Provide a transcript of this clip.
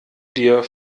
dir